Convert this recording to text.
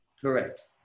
Correct